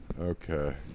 Okay